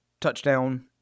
touchdown